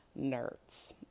nerds